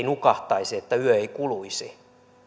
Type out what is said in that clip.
nukahtaisi että yö ei kuluisi